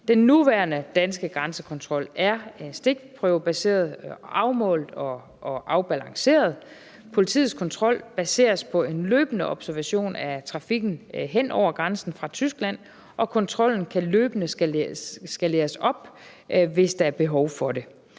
Den nuværende danske grænsekontrol er stikprøvebaseret, afmålt og afbalanceret. Politiets kontrol baseres på løbende observation af trafikken hen over grænsen fra Tyskland, og kontrollen kan løbende skaleres op, hvis der er behov for det.